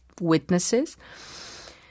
witnesses